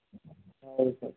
ಹಾಂ ಹೌದು ಸರ್